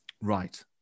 Right